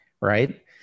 right